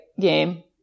game